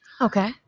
Okay